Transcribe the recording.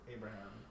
Abraham